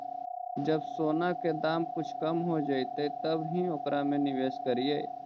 जब सोने के दाम कुछ कम हो जइतइ तब ही ओकरा में निवेश करियह